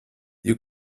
you